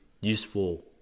useful